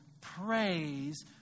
praise